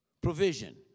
Provision